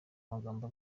amagambo